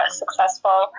successful